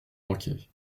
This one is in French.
manquait